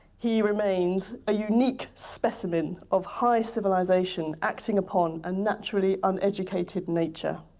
he remains a unique specimen of high civilisation acting upon ah naturally uneducated nature.